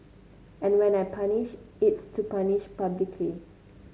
and when I punish it's to punish publicly